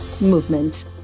movement